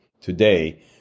today